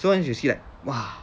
so when you see like !wow!